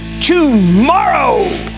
tomorrow